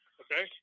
okay